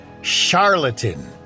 Charlatan